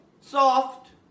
soft